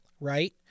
right